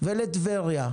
לטבריה,